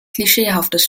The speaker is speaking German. klischeehaftes